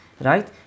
right